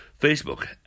Facebook